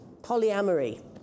polyamory